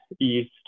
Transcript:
east